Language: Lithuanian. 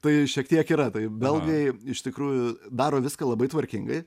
tai šiek tiek yra taip belgai iš tikrųjų daro viską labai tvarkingai